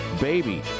baby